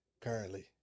Currently